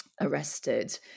arrested